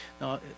Now